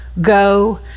go